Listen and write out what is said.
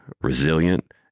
resilient